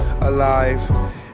alive